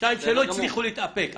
שניים שלא הצליחו להתאפק,